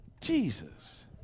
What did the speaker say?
Jesus